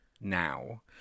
now